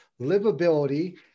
livability